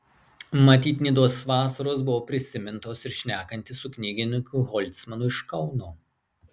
matyt nidos vasaros buvo prisimintos ir šnekantis su knygininku holcmanu iš kauno